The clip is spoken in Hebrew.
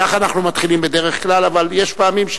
כך אנחנו מתחילים בדרך כלל, אבל יש פעמים,